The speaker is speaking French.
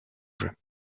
jeu